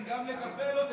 אולי עכשיו תתחילו להבין